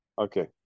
Okay